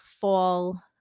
fall